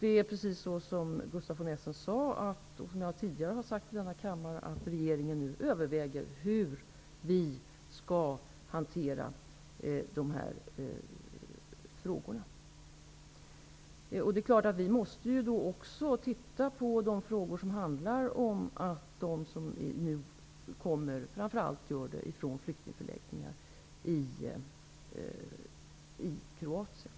Det är precis så som Gustaf von Essen sade -- själv har jag också sagt det tidigare i denna kammare -- nämligen att regeringen nu överväger hur vi skall hantera de här frågorna. Det är klart att vi då också måste titta på frågor som handlar om att de som nu kommer hit framför allt kommer från flyktingförläggningar i Kroatien.